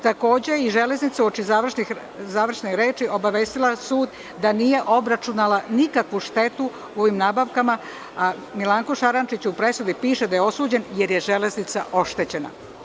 Takođe, Železnica je, uoči završnih reči, obavestila sud da nije obračunala nikakvu štetu u ovim nabavkama, a Milanku Šarančiću u presudi piše da je osuđen, jer je Železnica oštećena.